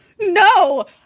No